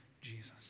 Jesus